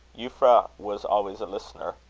euphra was always a listener.